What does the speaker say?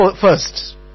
first